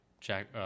Jack